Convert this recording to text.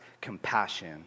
compassion